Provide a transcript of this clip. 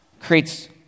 creates